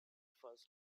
first